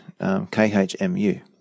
Khmu